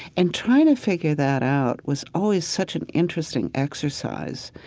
and trying to figure that out was always such an interesting exercise.